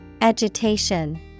Agitation